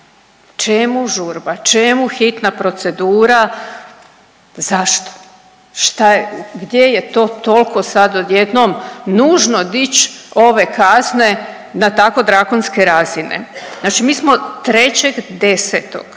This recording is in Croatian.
Čemu žurba? Čemu hitna procedura? Zašto, šta je? Gdje je to toliko sad odjednom nužno dići ove kazne na tako drakonske razine? Znači mi smo 3.10.